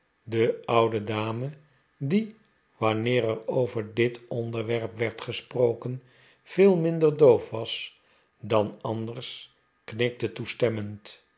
de oude dame die wanneer er over dit onderwerp werd gesproken veel minder doof was dan anders knikte toestemmend